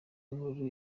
inkuru